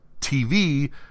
TV